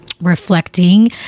reflecting